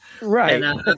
Right